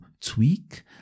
tweak